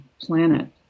planet